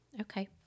Okay